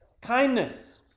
kindness